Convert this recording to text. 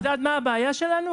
את יודעת מה הבעיה שלנו?